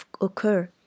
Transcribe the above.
occur